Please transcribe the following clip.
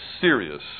serious